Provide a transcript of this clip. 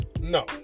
no